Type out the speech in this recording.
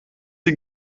sie